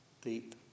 deep